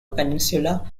peninsula